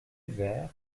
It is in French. vert